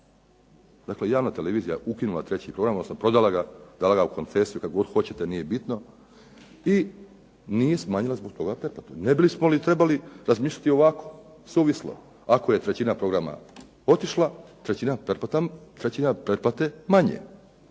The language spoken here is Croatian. Dakle, javna televizija je ukinula 3. program, odnosno prodala ga, dala ga u koncesiju, kako god hoćete, nije bitno, i nije smanjila zbog toga pretplatu. Ne bismo li trebali razmišljati ovako suvislo, ako je trećina programa otišla trećina pretplate manje.